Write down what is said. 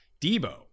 Debo